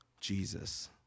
Jesus